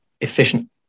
efficient